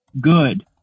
good